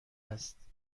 است